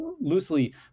loosely